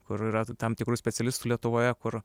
kur yra tam tikrų specialistų lietuvoje kur